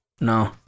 No